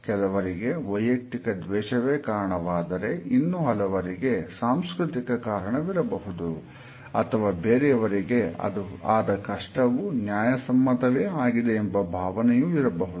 ಕೆಲವರಿಗೆ ವೈಯಕ್ತಿಕ ದ್ವೇಷವೇ ಕಾರಣವಾದರೆ ಇನ್ನು ಹಲವರಿಗೆ ಸಾಂಸ್ಕೃತಿಕ ಕಾರಣವಿರಬಹುದು ಅಥವಾ ಬೇರೆಯವರಿಗೆ ಆದ ಕಷ್ಟವು ನ್ಯಾಯ ಸಮ್ಮತವೇ ಆಗಿದೆ ಎಂಬ ಭಾವನೆಯೂ ಇರಬಹುದು